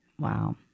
Wow